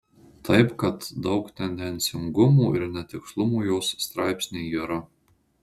taip kad daug tendencingumų ir netikslumų jos straipsnyje yra